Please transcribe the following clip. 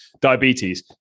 diabetes